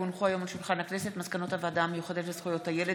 כי הונחו היום על שולחן הכנסת מסקנות הוועדה המיוחדת לזכויות הילד